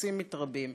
והקיצוצים מתרבים,